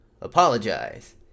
apologize